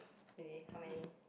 really how many